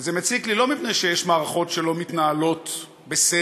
וזה מציק לי לא מפני שיש מערכות שלא מתנהלות בסדר,